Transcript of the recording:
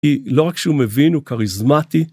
היא לא רק שהוא מבין, הוא קריזמטי.